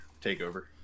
Takeover